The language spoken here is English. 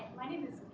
my name is